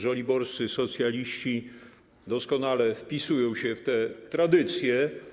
Żoliborscy socjaliści doskonale wpisują się w te tradycje.